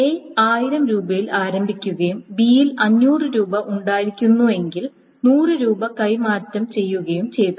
A 1000 രൂപയിൽ ആരംഭിക്കുകയും ബിയിൽ 500 രൂപ ഉണ്ടായിരുന്നെങ്കിൽ 100 രൂപ കൈമാറുകയും ചെയ്തു